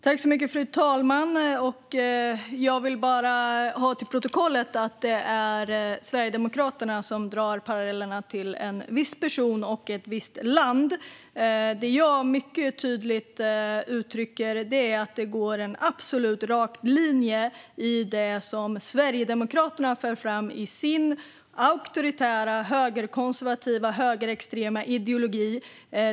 Fru talman! Jag vill bara ha fört till protokollet att det är Sverigedemokraterna som drar parallellerna till en viss person och ett visst land. Det som jag mycket tydligt uttrycker är att det går en absolut rak linje i det som Sverigedemokraterna för fram i sin auktoritära, högerkonservativa, högerextrema ideologi.